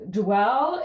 dwell